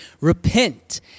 Repent